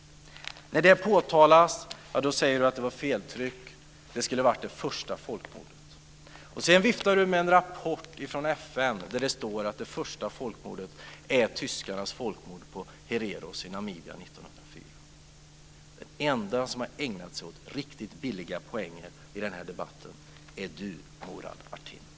När det påtalas säger Murad Artin att det är feltryck och att det i stället skulle ha stått "det första folkmordet". Sedan viftar han med en rapport från FN där det står att det första folkmordet är tyskarnas folkmord på hererofolket i Namibia 1904. Den enda som har ägnat sig åt riktigt billiga poäng i debatten är Murad Artin.